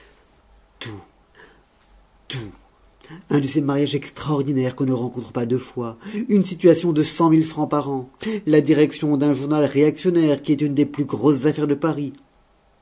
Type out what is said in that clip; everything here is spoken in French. un de ces mariages extraordinaires qu'on ne rencontre pas deux fois une situation de cent mille francs par an la direction d'un journal réactionnaire qui est une des plus grosses affaires de paris